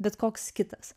bet koks kitas